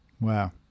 wow